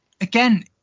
again